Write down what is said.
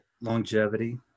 longevity